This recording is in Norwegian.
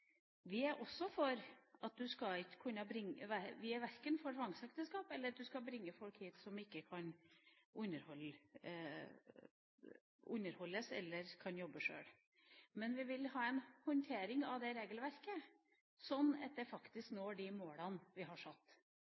Vi er verken for tvangsekteskap, eller at du skal kunne bringe folk hit som ikke kan underholdes eller jobbe sjøl, men vi vil ha en håndtering av regelverket, slik at vi faktisk når de målene vi har satt.